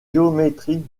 géométriques